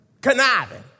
Conniving